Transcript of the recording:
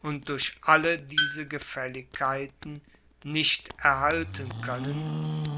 und durch alle diese gefälligkeiten nicht erhalten können